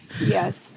yes